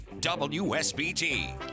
WSBT